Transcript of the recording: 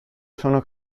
sono